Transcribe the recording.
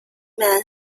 man